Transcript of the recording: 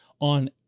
on